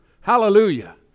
Hallelujah